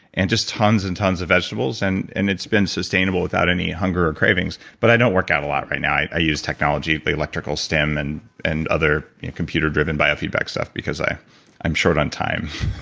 and just tons and tons of vegetables, and and it's been sustainable without any hunger or cravings but i don't workout a lot right now i i use technology, electrical steam and and other computer driven via feedback stuff because i'm short on time.